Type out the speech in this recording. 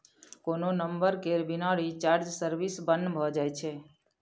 कोनो नंबर केर बिना रिचार्ज सर्विस बन्न भ जाइ छै